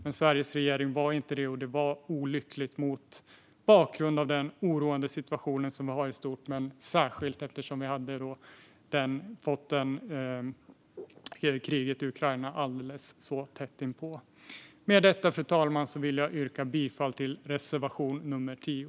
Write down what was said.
Men Sveriges regering var inte med, vilket var olyckligt mot bakgrund av den oroande situation som vi har i stort men särskilt med tanke på kriget i Ukraina så tätt inpå. Fru talman! Jag yrkar bifall till reservation 10.